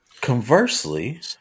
Conversely